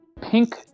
pink